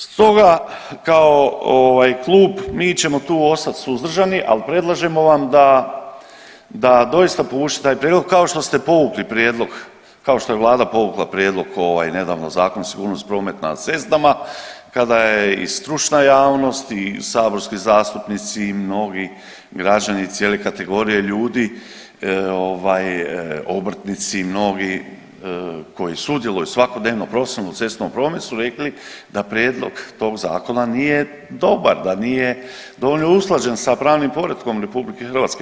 Stoga kao klub mi ćemo tu ostat suzdržani, ali predlažemo vam da doista povučete taj prijedlog kao što ste povukli prijedlog, kao što je vlada povukla prijedlog nedavno Zakon o sigurnosti prometa na cestama kada je i stručna javnost i saborski zastupnici i mnogi građani cijele kategorije ljudi, obrtnici mnogi koji sudjeluju svakodnevno profesionalno u cestovnom prometu su rekli da prijedlog tog zakona nije dobar, da nije dovoljno usklađen sa pravnim poretkom RH.